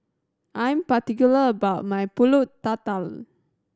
I am particular about my Pulut Tatal